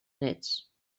néts